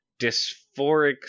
dysphoric